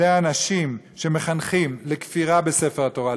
בידי אנשים שמחנכים לכפירה בספר התורה,